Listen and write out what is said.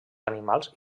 animals